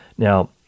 Now